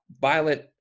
violent